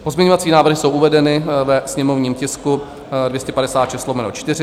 Pozměňovací návrhy jsou uvedeny ve sněmovním tisku 256/4.